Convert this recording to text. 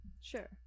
Sure